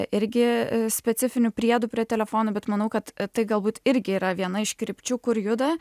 irgi specifinių priedų prie telefono bet manau kad tai galbūt irgi yra viena iš krypčių kur juda